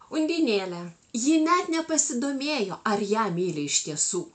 undinėlę ji net nepasidomėjo ar ją myli iš tiesų